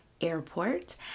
Airport